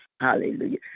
Hallelujah